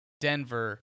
Denver